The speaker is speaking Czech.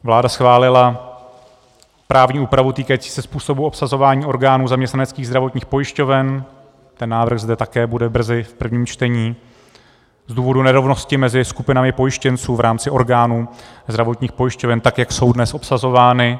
Vláda schválila právní úpravu týkající se způsobu obsazování orgánů zaměstnaneckých zdravotních pojišťoven ten návrh zde také bude brzy v prvním čtení z důvodu nerovnosti mezi skupinami pojištěnců v rámci orgánů zdravotních pojišťoven, tak jak jsou dnes obsazovány.